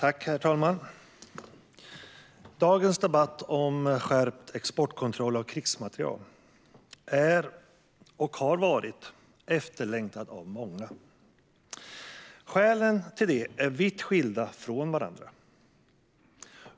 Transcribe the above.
Herr talman! Dagens debatt om skärpt exportkontroll av krigsmateriel är och har varit efterlängtad av många, och det finns vitt skilda skäl till det.